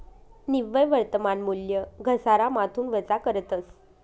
निव्वय वर्तमान मूल्य घसारामाथून वजा करतस